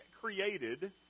created